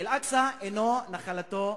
אל-אקצא אינו הנחלה,